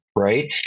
Right